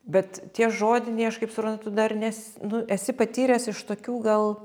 bet tie žodiniai aš kaip suprantu tu dar nes nu esi patyręs iš tokių gal